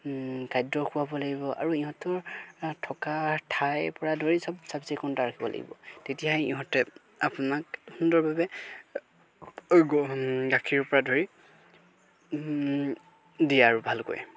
খাদ্য খুৱাব লাগিব আৰু ইহঁতৰ থকা ঠাইৰপৰা ধৰি চব চাফচিকুণতা ৰাখিব লাগিব তেতিয়াহে ইহঁতে আপোনাক সুন্দৰভাৱে গাখীৰৰপৰা ধৰি দিয়ে আৰু ভালকৈ